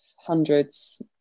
Hundreds